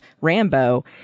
Rambo